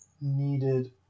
needed